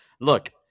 look